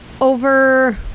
over